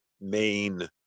main